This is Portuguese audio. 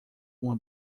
uma